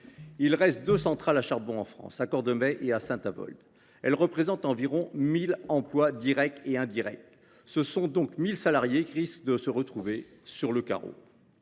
Il reste deux centrales à charbon en France, à Cordemais et à Saint Avold. Elles représentent environ 1 000 emplois directs et indirects, soit 1 000 salariés qui risquent de se retrouver sur le carreau.